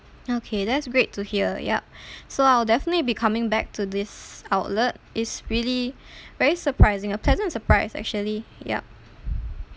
okay that's great to hear yup so I'll definitely be coming back to this outlet it's really very surprising a pleasant surprise actually yup